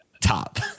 top